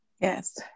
Yes